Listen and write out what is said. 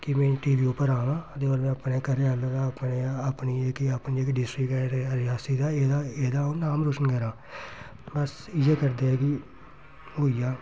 कि में T V उप्पर आं ते मतलब अपने घरै आह्ले दा अपने अपनी जेह्की अपनी डिस्ट्रिक रियासी दा एह्दा एह्दा अ'ऊं नाम रोशन करां बस इ'यै करदे ऐ कि होई गेआ